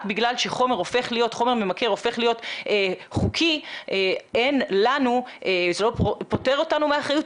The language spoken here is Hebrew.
בגלל שחומר ממכר הופך להיות חוקי זה לא פוטר אותנו מאחריות,